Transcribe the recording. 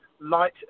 light